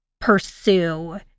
pursue